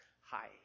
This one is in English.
Hi